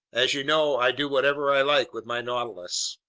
as you know, i do whatever i like with my nautilus.